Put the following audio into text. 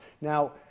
Now